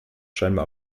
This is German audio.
scheinbar